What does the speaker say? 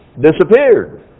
disappeared